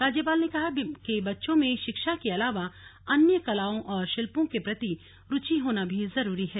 राज्यपाल ने कहा कि बच्चों में शिक्षा के अलावा अन्य कलाओं और शिल्पों के प्रति रूचि होना भी जरूरी है